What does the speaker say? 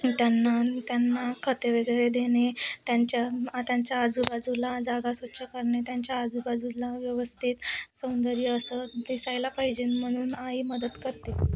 त्यांना त्यांना खते वगैरे देणे त्यांच्या आ त्यांच्या आजूबाजूला जागा स्वच्छ करणे त्यांच्या आजूबाजूला व्यवस्थित सौंदर्य असं दिसायला पाहिजे म्हणून आई मदत करते